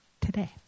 today